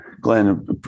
Glenn